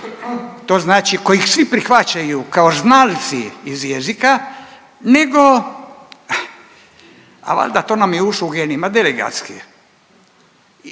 To znači kojih svi prihvaćaju kao znalci iz jezika, nego a valjda to nam je ušlo u genima delegatski.